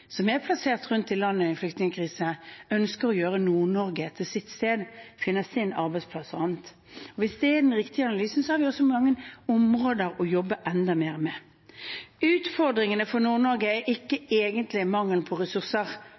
som ble plassert rundt i landet i flyktningkrisen, ønsker å gjøre Nord-Norge til sitt sted – finne sin arbeidsplass og annet der. Hvis det er den riktige analysen, er det mange områder å jobbe enda mer med. Utfordringene for Nord-Norge er ikke egentlig mangelen på ressurser